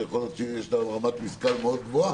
שיכול להיות שיש לה רמת משכל מאוד גבוה,